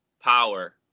Power